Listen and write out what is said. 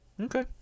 Okay